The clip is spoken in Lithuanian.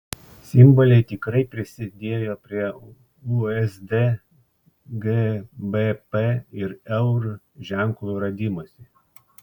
simboliai tikrai prisidėjo prie usd gbp ir eur ženklų radimosi